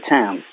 Town